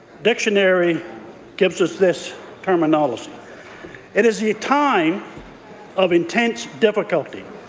dictionary gives us this terminology it is a time of intense difficulty,